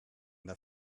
that